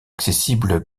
accessible